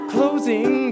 Closing